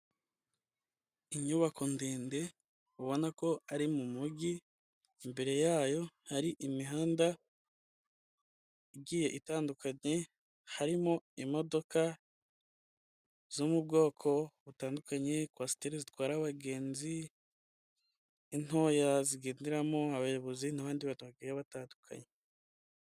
Inyubako ndende ubona ko ari mu mujyi mbere yayo hari imihanda igiye itandukanye harimo imodoka zo mu bwoko butandukanye kwasiteri zitwara abagenzi, intoya zigenderamo abayobozi n'abandi baturage batandukanye.